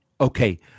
Okay